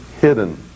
hidden